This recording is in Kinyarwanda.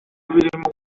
birimo